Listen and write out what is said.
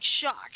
shock